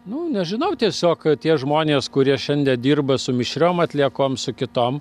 nu nežinau tiesiog tie žmonės kurie šiandie dirba su mišriom atliekom su kitom